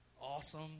awesome